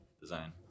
Design